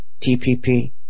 TPP